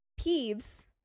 Peeves